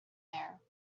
there